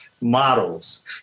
models